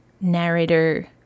Narrator